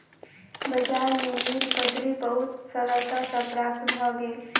बजार में नीलबदरी बहुत सरलता सॅ प्राप्त भ गेल